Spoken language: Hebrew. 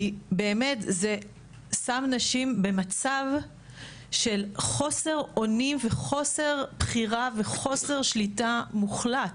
כי באמת זה שם נשים במצב של חוסר אונים וחוסר בחירה וחוסר שליטה מוחלט